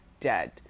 dead